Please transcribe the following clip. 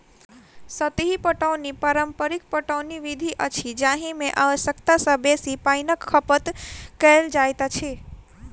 सतही पटौनी पारंपरिक पटौनी विधि अछि जाहि मे आवश्यकता सॅ बेसी पाइनक खपत कयल जाइत अछि